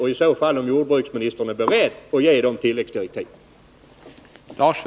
Är i så fall jordbruksministern beredd att utfärda sådana tilläggsdirektiv?